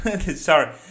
sorry